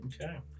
Okay